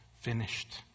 finished